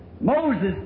Moses